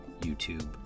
YouTube